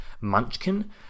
Munchkin